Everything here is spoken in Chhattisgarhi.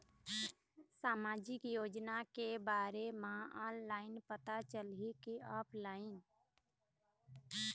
सामाजिक योजना के बारे मा ऑनलाइन पता चलही की ऑफलाइन?